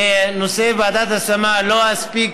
בנושא ועדת השמה, לא אספיק